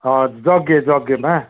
यज्ञ यज्ञमा